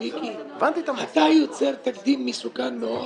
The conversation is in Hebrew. מיקי, אתה יוצר תקדים מסוכן מאוד